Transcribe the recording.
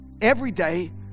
everyday